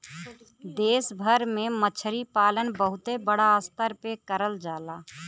देश भर में मछरी पालन बहुते बड़ा स्तर पे करल जाला